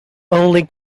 only